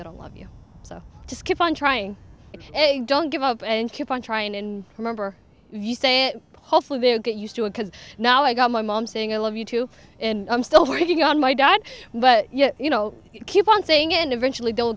that i love you so just keep on trying don't give up and keep on trying and remember he's saying hopefully they'll get used to it because now i got my mom saying i love you too and i'm still working on my dad but yet you know keep on saying and eventually they'll